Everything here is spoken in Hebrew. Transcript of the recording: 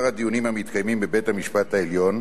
הדיונים המתקיימים בבית-המשפט העליון,